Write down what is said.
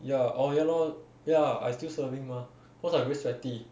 ya orh ya lor ya I still serving mah cause I very sweaty